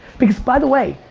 because by the way,